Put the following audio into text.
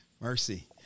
Mercy